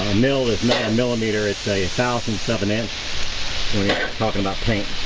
ah milk is not a millimeter it's a thousand seven inch we're talking about paint